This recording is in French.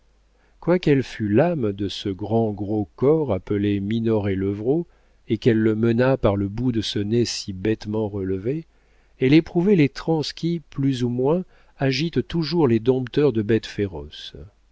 quoiqu'elle fût l'âme de ce grand gros corps appelé minoret levrault et qu'elle le menât par le bout de ce nez si bêtement relevé elle éprouvait les transes qui plus ou moins agitent toujours les dompteurs de bêtes féroces